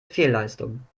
fehlleistung